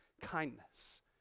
kindness